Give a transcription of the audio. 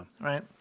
Right